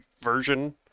version